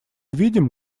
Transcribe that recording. видим